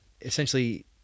essentially